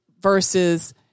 versus